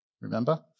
remember